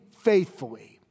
faithfully